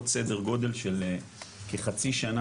סדר גודל של כחצי שנה,